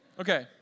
Okay